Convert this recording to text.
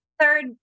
third